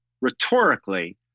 rhetorically